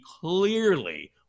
clearly